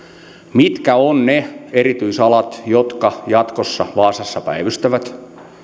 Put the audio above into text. mitkä ovat ne erityisalat jotka jatkossa vaasassa päivystävät